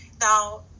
Now